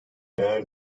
eğer